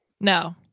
No